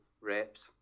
reps